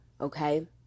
okay